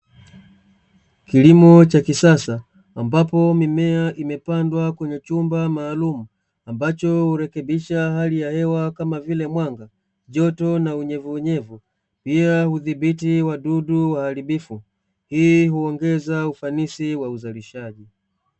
Kilimo cha kisasa, ambapo mimea imepandwa kwenye chumba maalumu ambacho hurekebisha hali ya hewa kama vile mwanga, joto na unyevu unyevu, pia hudhibiti wadudu waharibifu. Hii huongeza ufanisi wa uzalishaji.